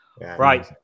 Right